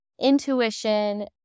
intuition